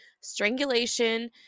strangulation